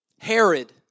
Herod